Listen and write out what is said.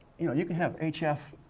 you know, you can have hf